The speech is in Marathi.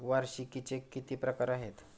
वार्षिकींचे किती प्रकार आहेत?